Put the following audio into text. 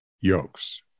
yolks